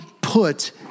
put